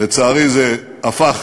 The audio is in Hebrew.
לצערי זה הפך